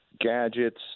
gadgets